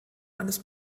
eines